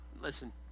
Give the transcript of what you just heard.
listen